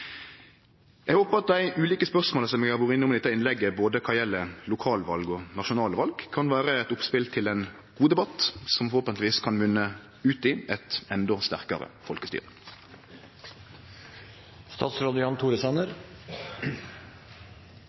Eg håper at dei ulike spørsmåla eg har vore innom i dette innlegget, både dei som gjeld lokalval, og dei som gjeld nasjonalval, kan vere eit oppspel til ein god debatt, som forhåpentleg kan munne ut i eit endå sterkare